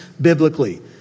biblically